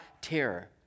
terror